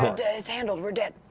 handled, we're dead.